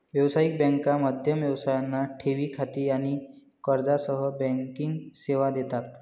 व्यावसायिक बँका मध्यम व्यवसायांना ठेवी खाती आणि कर्जासह बँकिंग सेवा देतात